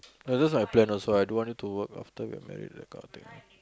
ya that's my plan also I don't her to work after get married that kind of thing